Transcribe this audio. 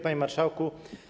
Panie Marszałku!